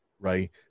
Right